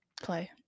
play